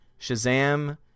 Shazam